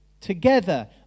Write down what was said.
together